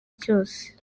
cyose